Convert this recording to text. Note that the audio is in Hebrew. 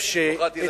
משפחה ברוכת ילדים.